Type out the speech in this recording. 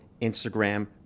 Instagram